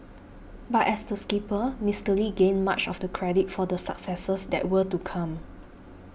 but as the skipper Mister Lee gained much of the credit for the successes that were to come